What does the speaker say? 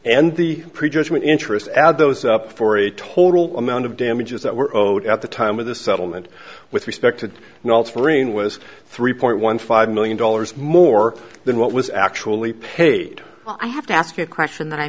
and the pre judgment interest add those up for a total amount of damages that were owed at the time of the settlement with respect to the altering was three point one five million dollars more than what was actually paid i have to ask a question that i